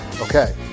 Okay